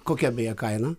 kokia beje kaina